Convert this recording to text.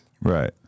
Right